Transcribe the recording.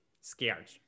scared